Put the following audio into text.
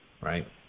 right